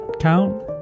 count